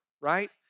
right